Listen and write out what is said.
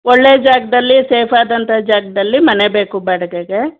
ಒಳ್ಳೆಯ ಜಾಗದಲ್ಲಿ ಸೇಫಾದಂಥ ಜಾಗದಲ್ಲಿ ಮನೆ ಬೇಕು ಬಾಡಿಗೆಗೆ